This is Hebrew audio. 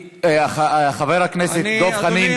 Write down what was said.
חבר הכנסת דב חנין,